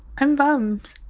i'm bummed.